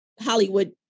Hollywood